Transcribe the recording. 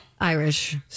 Irish